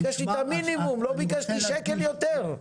ביקשתי את המינימום, לא ביקשתי שקל יותר.